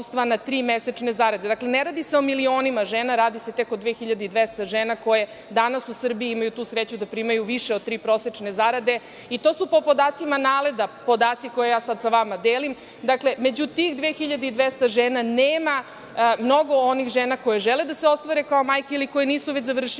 na tri mesečne zarade. Dakle, ne radi se o milionima žena, radi se o 2.200 žena koje danas u Srbiji imaju tu sreću da primaju više od tri prosečne zarade. To su po podacima NALED-a podaci koje ja sada sa vama delim, dakle među tih 2.200 žena nema mnogo onih žena koje žele da se ostvare kao majke ili koje nisu već završile